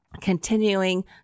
continuing